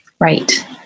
right